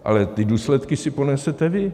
Ale ty důsledky si ponesete vy.